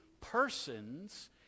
persons